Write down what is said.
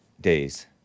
days